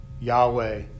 Yahweh